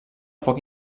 poc